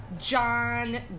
John